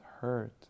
hurt